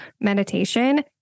meditation